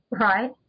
Right